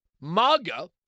MAGA